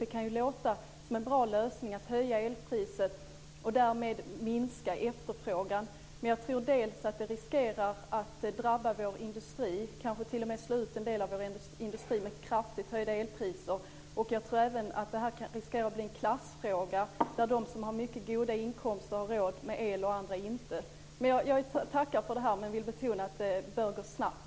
Det kan ju låta som en bra lösning att höja elpriset och därmed minska efterfrågan, men jag tror att kraftigt höjda elpriser riskerar att drabba vår industri, kanske t.o.m. slå ut en del av vår industri. Jag tror även att det riskerar att bli en klassfråga där de som har mycket goda inkomster har råd med el och andra inte. Jag tackar för det här, men vill betona att det bör gå snabbt.